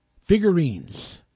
figurines